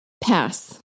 Pass